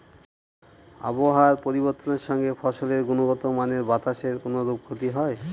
আবহাওয়ার পরিবর্তনের সঙ্গে ফসলের গুণগতমানের বাতাসের কোনরূপ ক্ষতি হয়?